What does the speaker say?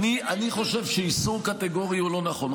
אני חושב שאיסור קטגורי הוא לא נכון.